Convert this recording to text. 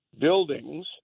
buildings